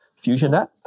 FusionNet